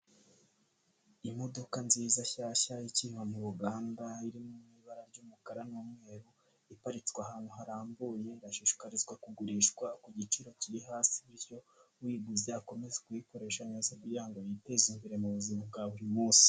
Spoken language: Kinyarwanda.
Imodoka nziza, nshyashya, ikinva mu ruganda, iri mu ibara ry'umukara n'umweru. Iparitswe ahantu harambuye. Ndashishikarizwa kugurishwa ku giciro kiri hasi, bityo, uyiguze akomeze kuyikoresha neza kugira ngo yiteze imbere mu buzima bwa buri munsi.